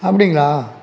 அப்படிங்களா